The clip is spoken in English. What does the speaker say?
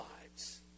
lives